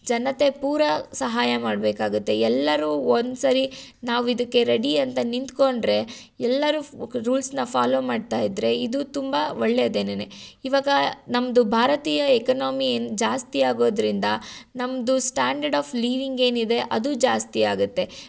ಜನತೆ ಪೂರಾ ಸಹಾಯ ಮಾಡಬೇಕಾಗುತ್ತೆ ಎಲ್ಲರೂ ಒಂದು ಸರಿ ನಾವು ಇದಕ್ಕೆ ರೆಡಿ ಅಂತ ನಿಂತುಕೊಂಡ್ರೆ ಎಲ್ಲರೂ ರೂಲ್ಸನ್ನು ಫಾಲೋ ಮಾಡ್ತಾಯಿದ್ದರೆ ಇದು ತುಂಬ ಒಳ್ಳೇದೆನೆ ಇವಾಗ ನಮ್ಮದು ಭಾರತೀಯ ಎಕನಾಮಿಯನ್ನು ಜಾಸ್ತಿ ಆಗೋದರಿಂದ ನಮ್ಮದು ಸ್ಟ್ಯಾಂಡರ್ಡ್ ಆಫ್ ಲೀವಿಂಗ್ ಏನಿದೆ ಅದು ಜಾಸ್ತಿ ಆಗುತ್ತೆ